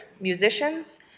musicians